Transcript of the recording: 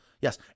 yes